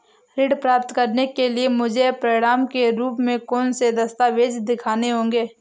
ऋण प्राप्त करने के लिए मुझे प्रमाण के रूप में कौन से दस्तावेज़ दिखाने होंगे?